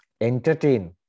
entertain